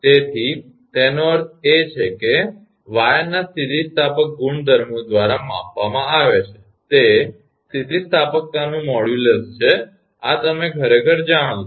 તેથી તેનો અર્થ એ છે કે વાયરના સ્થિતિસ્થાપક ગુણધર્મો દ્વારા માપવામાં આવે છે તે સ્થિતિસ્થાપકતાનું મોડ્યુલસ છે આ તમે ખરેખર જાણો છો